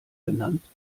genannt